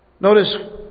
Notice